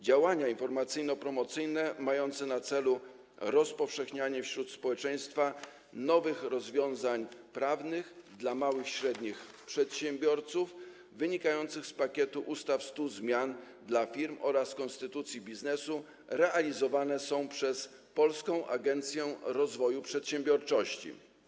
Działania informacyjno-promocyjne mające na celu rozpowszechnianie wśród społeczeństwa nowych rozwiązań prawnych dla małych i średnich przedsiębiorców, wynikających z pakietu ustaw „100 zmian dla firm” oraz konstytucji biznesu, realizowane są przez Polską Agencję Rozwoju Przedsiębiorczości.